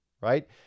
Right